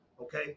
Okay